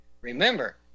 Remember